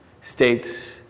states